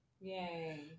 Yay